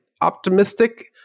optimistic